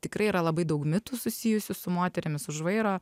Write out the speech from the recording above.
tikrai yra labai daug mitų susijusių su moterimis už vairo